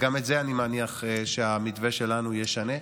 וגם את זה אני מניח שהמתווה שלנו ישנה,